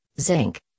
zinc